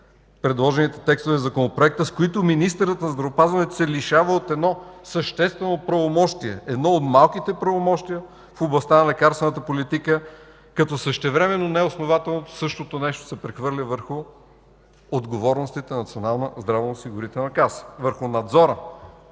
предложените в Законопроекта текстове, с които министърът на здравеопазването се лишава от едно съществено правомощие, едно от малкото правомощия в областта на лекарствената политика, като същевременно неоснователно същото нещо се прехвърля върху отговорностите на Националната